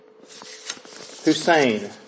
Hussein